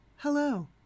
Hello